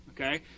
okay